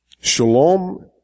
Shalom